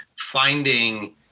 finding